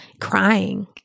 crying